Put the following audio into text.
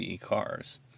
cars